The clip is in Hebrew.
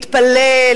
יתפלל,